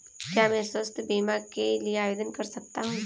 क्या मैं स्वास्थ्य बीमा के लिए आवेदन कर सकता हूँ?